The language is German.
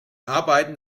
arbeiten